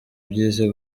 byisi